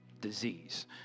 disease